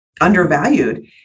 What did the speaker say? undervalued